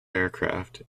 aircraft